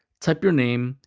type your name,